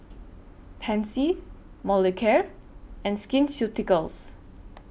Pansy Molicare and Skin Ceuticals